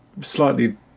slightly